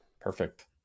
Perfect